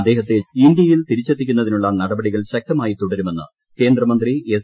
അദ്ദേഹത്തെ ഇന്ത്യയിൽ തിരിച്ചെത്തിക്കുന്നതിനുള്ള നടപടികൾ ശക്തമായി തുടരുമെന്ന് കേന്ദ്രമന്ത്രി എസ്